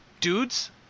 Dudes